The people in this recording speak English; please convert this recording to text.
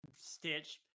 Stitch